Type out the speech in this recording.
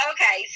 Okay